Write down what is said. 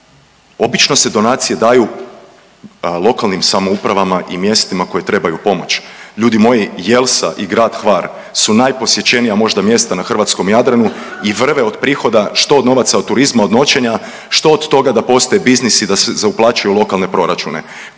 Obično se donacije daju lokalnim samoupravama i mjestima koje trebaju pomoć. Ljudi moji Jelsa i grad Hvar su najposjećenija možda mjesta na hrvatskom Jadranu i vrve od prihoda što od novaca od turizma, od noćenja, što od toga da postaje biznis i da uplaćuje u lokalne proračune.